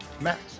max